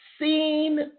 seen